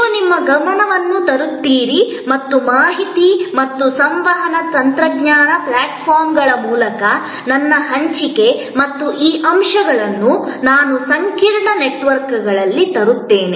ನೀವು ನಿಮ್ಮ ಗಮನವನ್ನು ತರುತ್ತೀರಿ ಮತ್ತು ಮಾಹಿತಿ ಮತ್ತು ಸಂವಹನ ತಂತ್ರಜ್ಞಾನ ಪ್ಲಾಟ್ಫಾರ್ಮ್ಗಳ ಮೂಲಕ ನನ್ನ ಹಂಚಿಕೆ ಮತ್ತು ಈ ಅಂಶಗಳನ್ನು ನಾನು ಸಂಕೀರ್ಣ ನೆಟ್ವರ್ಕ್ನಲ್ಲಿ ತರುತ್ತೇನೆ